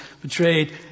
betrayed